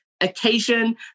occasion